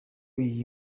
iyi